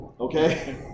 okay